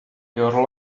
your